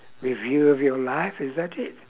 review of your life is that it